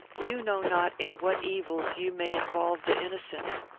you know not in what evils you may involve the innocent.